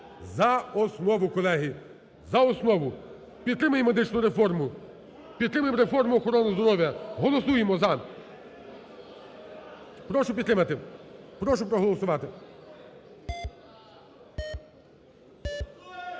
за основу, колеги. За основу! Підтримаємо медичну реформу, підтримаємо реформу охорони здоров'я! Голосуємо "за"! Прошу підтримати, прошу проголосувати. 12:21:48